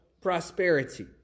prosperity